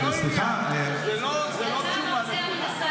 זו לא תשובה נכונה.